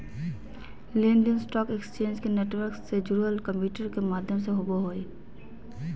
लेन देन stock exchange के network से जुड़ल कंम्प्यूटर के माध्यम से होबो हइ